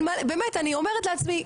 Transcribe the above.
באמת אני אומרת לעצמי,